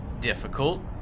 difficult